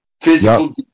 physical